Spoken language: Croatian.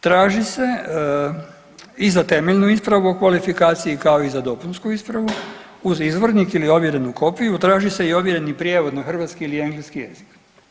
Traži se i za temeljnu ispravu o kvalifikaciji kao i za dopunsku ispravu uz izvornik ili ovjerenu kopiju traži se i ovjereni prijevod na hrvatski ili engleski jezik.